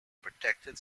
protected